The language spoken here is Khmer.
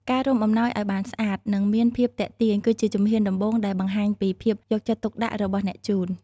ការរុំអំណោយឲ្យបានស្អាត និងមានភាពទាក់ទាញ គឺជាជំហានដំបូងដែលបង្ហាញពីភាពយកចិត្តទុកដាក់របស់អ្នកជូន។